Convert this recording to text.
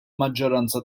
maġġoranza